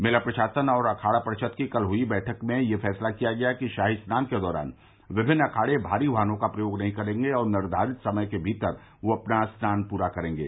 मेला प्रशासन और अखाड़ा परिषद की कल हुई बैठक में यह फैसला किया गया कि शाही स्नान के दौरान विभिन्न अखाड़े भारी वाहनों का प्रयोग नहीं करेंगे और निर्धारित समय के भीतर वह अपना स्नान पूरा करेंगे